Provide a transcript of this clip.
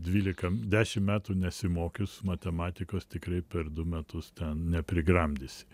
dvylika dešim metų nesimokius matematikos tikrai per du metus ten neprigramdysi